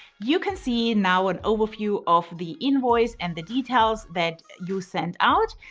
you can see and now an overview of the invoice and the details that you sent out.